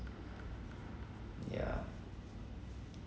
yeah